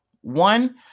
One